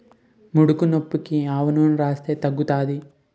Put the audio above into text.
ముడుకునొప్పికి ఆవనూనెని రాస్తే తగ్గుతాది